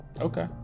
Okay